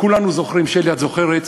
כולנו זוכרים, שלי, את זוכרת,